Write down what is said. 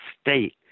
state